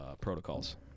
protocols